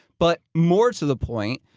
but more to the point,